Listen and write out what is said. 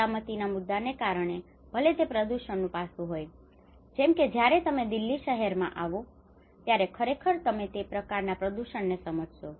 સલામતીના મુદ્દાને કારણે ભલે તે પ્રદૂષણનું પાસું હોય જેમ કે જયારે તમે દિલ્હી શહેરમાં આવો ત્યારે ખરેખર તમે તે પ્રકારના પ્રદૂષણને સમજશો